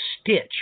stitch